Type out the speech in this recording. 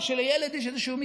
זה חלק מחוק חינוך חובה.